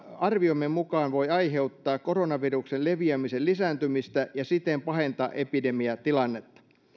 arviomme mukaan voi aiheuttaa koronaviruksen leviämisen lisääntymistä ja siten pahentaa epidemiatilannetta